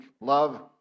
love